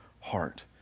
heart